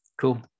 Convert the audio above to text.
cool